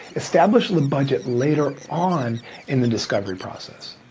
establish the budget later on and the discovery process.